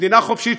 במדינה חופשית,